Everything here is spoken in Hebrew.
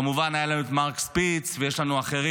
כמובן היה לנו את מרק ספיץ ויש לנו אחרים,